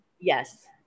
yes